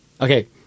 Okay